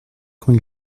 quand